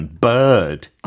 bird